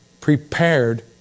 prepared